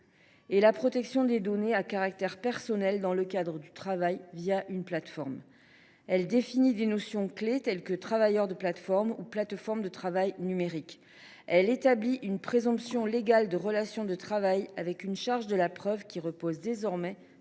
et la protection des données à caractère personnel dans le cadre du travail via une plateforme. Elle définit tout d’abord des notions clés, telles que « travailleurs de plateformes » ou « plateforme de travail numérique ». Elle établit ensuite une présomption légale de relation de travail avec une charge de la preuve qui repose désormais